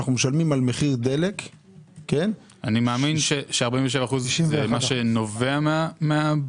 אנחנו משלמים על מחיר דלק 64%. אני מאמין ש-47% זה מה שנובע מהבלו,